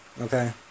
okay